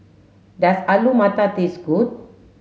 does Alu Matar taste good